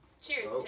Cheers